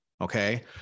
okay